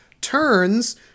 turns